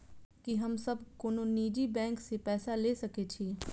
की हम सब कोनो निजी बैंक से पैसा ले सके छी?